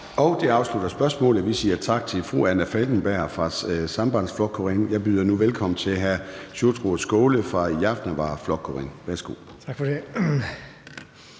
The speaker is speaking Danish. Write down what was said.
Det afslutter spørgsmålet. Vi siger tak til fru Anna Falkenberg fra Sambandsflokkurin. Jeg byder nu velkommen til hr. Sjúrður Skaale fra Javnaðarflokkurin. Værsgo. Kl.